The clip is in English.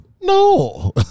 no